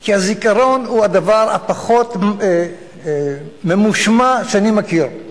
כי הזיכרון הוא הדבר הפחות ממושמע שאני מכיר.